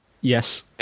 Yes